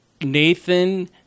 Nathan